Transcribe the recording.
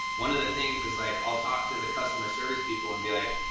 one of the things is like i'll talk to the customer service people and be like,